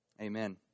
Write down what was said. Amen